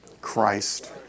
Christ